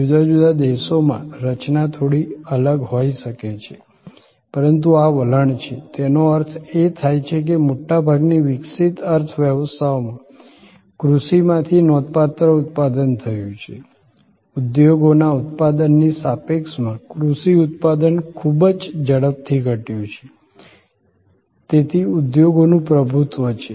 જુદા જુદા દેશોમાં રચના થોડી અલગ હોઈ શકે છે પરંતુ આ વલણ છે તેનો અર્થ એ થાય છે કે મોટા ભાગની વિકસિત અર્થવ્યવસ્થાઓમાં કૃષિમાંથી નોંધપાત્ર ઉત્પાદન થયું છે ઉદ્યોગના ઉત્પાદનની સાપેક્ષમાં કૃષિ ઉત્પાદન ખૂબ જ ઝડપથી ઘટ્યું છે તેથી ઉદ્યોગનું પ્રભુત્વ છે